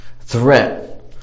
Threat